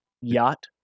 Yacht